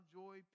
joy